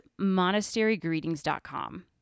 monasterygreetings.com